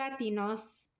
Latinos